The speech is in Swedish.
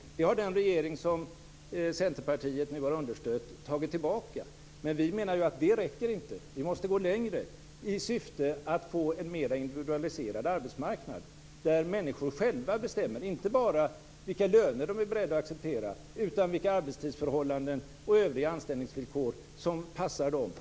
Det har den regering som Centerpartiet nu har understött tagit tillbaka. Vi menar att det inte räcker. Vi måste gå längre i syfte att få en mer individualiserad arbetsmarknad där människor själva bestämmer inte bara vilka löner de är beredda att acceptera utan vilka arbetstidsförhållanden och övriga anställningsvillkor som passar dem.